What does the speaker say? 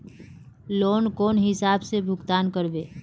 Loan कौन हिसाब से भुगतान करबे?